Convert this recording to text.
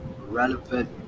relevant